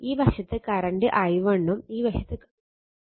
ഈ വശത്ത് current i1 ഉം ഈ വശത്ത് i2 ഉം ആണ്